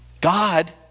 God